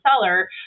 seller